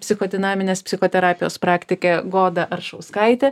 psichodinaminės psichoterapijos praktikė goda aršauskaitė